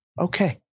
Okay